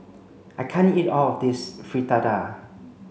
I can't eat all of this Fritada